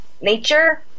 nature